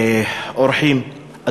אורחים,